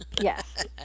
Yes